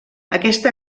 aquesta